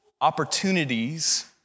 opportunities